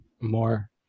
more